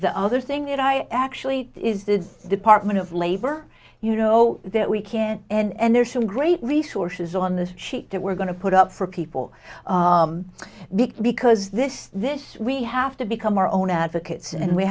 the other thing that i actually is the department of labor you know that we can and there's some great resources on this sheet that we're going to put up for people because this this we have to become our own advocates and we